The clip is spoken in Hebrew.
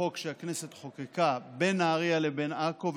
בחוק שהכנסת חוקקה בין נהריה לבין עכו,